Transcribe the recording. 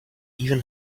even